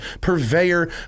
purveyor